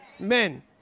Amen